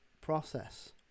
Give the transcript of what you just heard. process